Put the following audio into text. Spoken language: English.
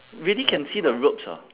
really can see the ropes ah